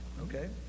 Okay